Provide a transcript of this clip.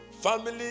family